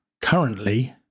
currently